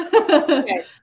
Okay